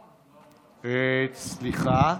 סליחה,